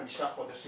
חמישה חודשים.